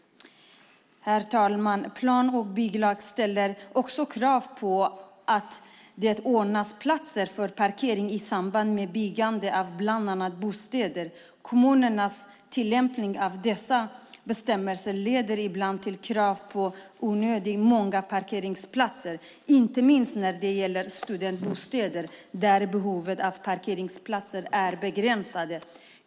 Herr talman! Plan och bygglagen ställer krav på att det ordnas platser för parkering i samband med byggande av bland annat bostäder. Kommunernas tillämpning av dessa bestämmelser leder ibland till krav på onödigt många parkeringsplatser. Inte minst gäller det studentbostäder där behovet av parkeringsplatser är begränsat.